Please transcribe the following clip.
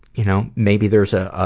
you know, maybe there's a,